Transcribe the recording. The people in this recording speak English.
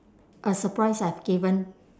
a surprise I've given